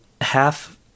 half